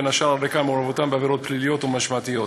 בין השאר על רקע מעורבותם בעבירות פליליות או משמעתיות.